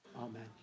Amen